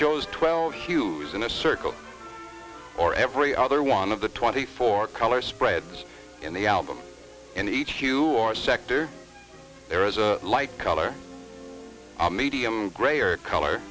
shows twelve hues in a circle or every other one of the twenty four color spreads in the album in each you or sector there is a light color medium gray or color